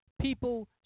people